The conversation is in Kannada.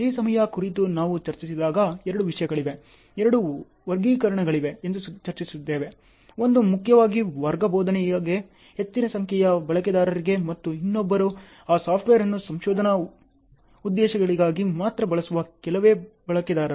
ಈ ಸಮಸ್ಯೆಯ ಕುರಿತು ನಾವು ಚರ್ಚಿಸಿದಾಗ ಎರಡು ವಿಷಯಗಳಿವೆ ಎರಡು ವರ್ಗೀಕರಣಗಳಿವೆ ಎಂದು ಚರ್ಚಿಸಿದ್ದೇವೆ ಒಂದು ಮುಖ್ಯವಾಗಿ ವರ್ಗ ಬೋಧನೆಗಾಗಿ ಹೆಚ್ಚಿನ ಸಂಖ್ಯೆಯ ಬಳಕೆದಾರರಿಗೆ ಮತ್ತು ಇನ್ನೊಬ್ಬರು ಆ ಸಾಫ್ಟ್ವೇರ್ ಅನ್ನು ಸಂಶೋಧನಾ ಉದ್ದೇಶಗಳಿಗಾಗಿ ಮಾತ್ರ ಬಳಸುವ ಕೆಲವೇ ಬಳಕೆದಾರರು